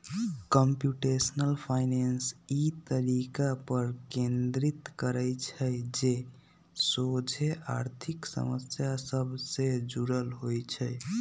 computational finance इ तरीका पर केन्द्रित करइ छइ जे सोझे आर्थिक समस्या सभ से जुड़ल होइ छइ